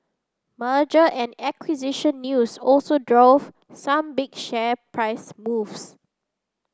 merger and acquisition news also drove some big share price moves